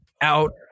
out